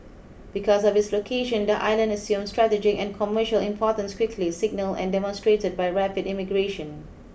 because of its location the island assumed strategic and commercial importance quickly signalled and demonstrated by rapid immigration